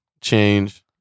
change